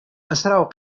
أسرع